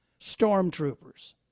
stormtroopers